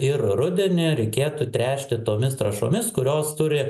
ir rudenį reikėtų tręšti tomis trąšomis kurios turi